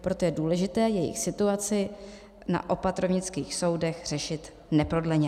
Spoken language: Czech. Proto je důležité jejich situaci na opatrovnických soudech řešit neprodleně.